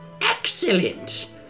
Excellent